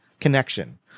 connection